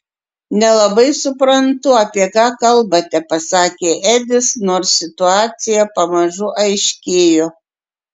nelabai suprantu apie ką kalbate pasakė edis nors situacija pamažu aiškėjo